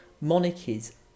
Monarchies